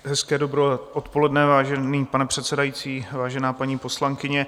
Hezké dobré odpoledne, vážený pane předsedající, vážená paní poslankyně.